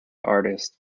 artist